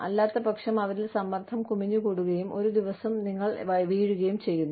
അല്ലാത്ത പക്ഷം അവരിൽ സമ്മർദ്ദം കുമിഞ്ഞുകൂടുകയും ഒരു ദിവസം നിങ്ങൾ വീഴുകയും ചെയ്യുന്നു